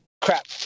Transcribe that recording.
Crap